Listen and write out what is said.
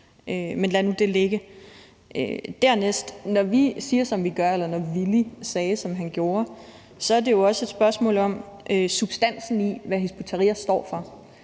det andet vil jeg sige, at når vi siger, som vi gør, eller når Villy Søvndal sagde, som han gjorde, så er det jo også et spørgsmål om substansen i, hvad Hizb ut-Tahrir står for.